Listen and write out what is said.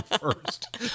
first